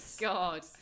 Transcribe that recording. God